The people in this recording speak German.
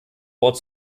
ort